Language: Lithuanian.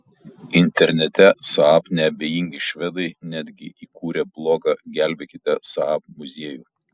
internete saab neabejingi švedai netgi įkūrė blogą gelbėkite saab muziejų